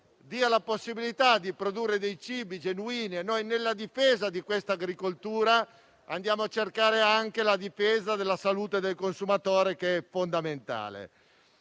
dia la possibilità di produrre cibi genuini. Nella difesa di questa agricoltura noi andiamo a cercare anche la difesa della salute del consumatore, che è fondamentale.